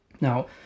Now